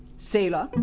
sailor?